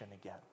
again